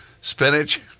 spinach